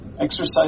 exercise